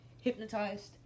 hypnotized